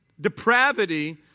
depravity